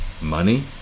money